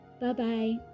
Bye-bye